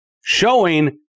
showing